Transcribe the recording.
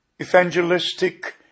evangelistic